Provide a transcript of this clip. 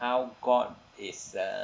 how god is uh